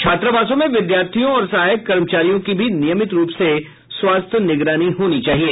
छात्रावासों में विद्यार्थियों और सहायक कर्मचारियों की भी नियमित रूप से स्वास्थ्य निगरानी होनी चाहिए